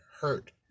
hurt